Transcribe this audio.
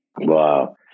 Wow